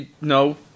No